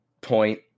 point